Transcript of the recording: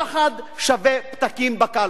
פחד שווה פתקים בקלפי,